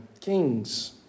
Kings